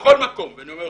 בכל מקום, ואני אומר,